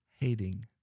hating